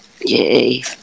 Yay